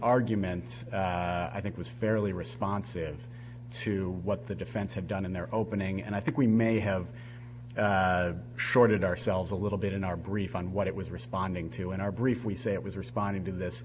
argument i think was fairly responsive to what the defense had done in their opening and i think we may have shorted ourselves a little bit in our brief on what it was responding to in our brief we say it was responding to this